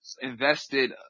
invested